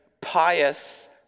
pious